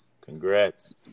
Congrats